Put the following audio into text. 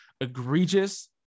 egregious